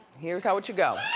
here's how it should go.